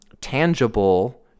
tangible